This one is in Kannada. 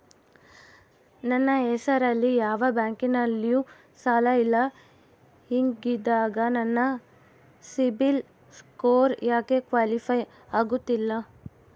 ನನ್ನ ಹೆಸರಲ್ಲಿ ಯಾವ ಬ್ಯಾಂಕಿನಲ್ಲೂ ಸಾಲ ಇಲ್ಲ ಹಿಂಗಿದ್ದಾಗ ನನ್ನ ಸಿಬಿಲ್ ಸ್ಕೋರ್ ಯಾಕೆ ಕ್ವಾಲಿಫೈ ಆಗುತ್ತಿಲ್ಲ?